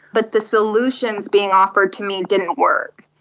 but the solutions being offered to me didn't work.